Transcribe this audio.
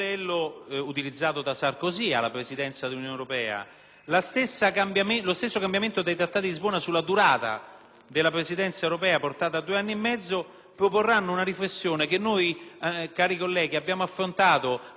della Presidenza europea portata a due anni e mezzo, proporranno una riflessione che abbiamo affrontato nel nostro Paese solamente ai tempi del Libro bianco di Spadolini o quando si è fatta la riduzione e poi